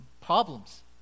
problems